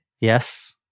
Yes